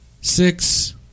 Six